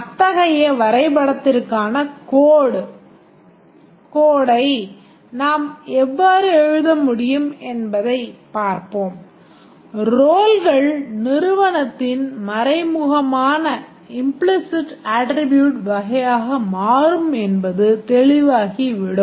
அத்தகைய வரைபடத்திற்கான கோடை அட்ரிபியூட் வகையாக மாறும் என்பது தெளிவாகிவிடும்